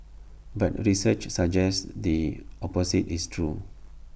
but research suggests the opposite is true